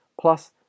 plus